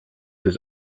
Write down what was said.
his